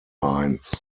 mines